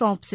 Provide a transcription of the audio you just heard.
સોંપશે